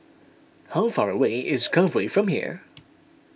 how far away is Cove Way from here